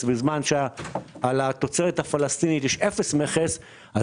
בזמן שעל התוצרת הפלסטינית יש אפס מכס,